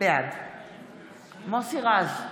בעד מוסי רז,